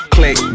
Click